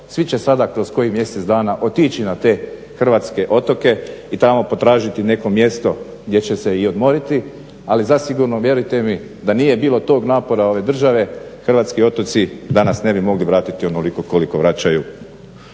Svi će sada kroz koji mjesec dana otići na te hrvatske otoke i tamo potražiti neko mjesto gdje će se i odmoriti ali zasigurno vjerujte mi da nije bilo tog napora ove države hrvatski otoci danas ne bi mogli vratiti onoliko koliko vraćaju